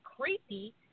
creepy